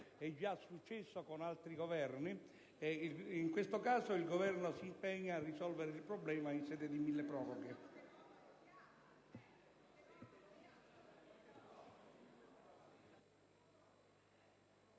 è già successo con altri Governi. In questo caso, il Governo si impegna a risolvere il problema in sede di provvedimento